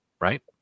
right